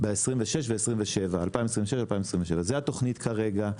ב-2026, 2027. זאת התוכנית כרגע.